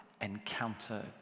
encounter